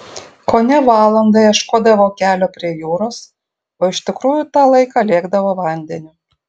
kone valandą ieškodavo kelio prie jūros o iš tikrųjų tą laiką lėkdavo vandeniu